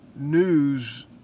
News